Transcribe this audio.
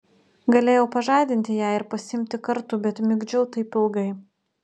galėjau pažadinti ją ir pasiimti kartu bet migdžiau taip ilgai